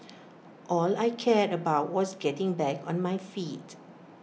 all I cared about was getting back on my feet